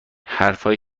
حرفهایی